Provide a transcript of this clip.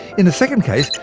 in the second case,